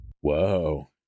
whoa